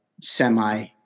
semi